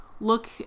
Look